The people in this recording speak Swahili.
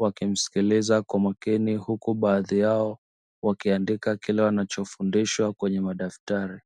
wakimsikiliza kwa makini huku baadhi yao wakiandika kile wanachofundishwa kwenye madaftari.